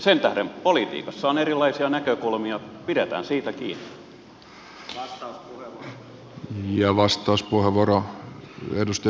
sen tähden politiikassa on erilaisia näkökulmia pidetään siitä kiinni